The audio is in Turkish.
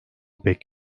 pek